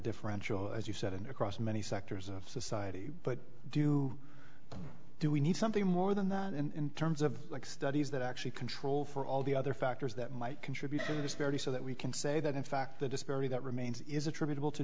differential as you said and across many sectors of society but do do we need something more than that in terms of studies that actually control for all the other factors that might contribute to the disparity so that we can say that in fact the disparity that remains is attributable to